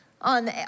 on